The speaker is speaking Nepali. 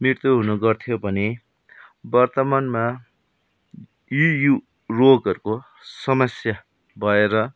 मृत्यु हुने गर्थ्यो भने वर्तमानमा यी उ रोगहरूको समस्या भएर